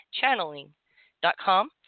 Channeling.com